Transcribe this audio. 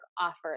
offers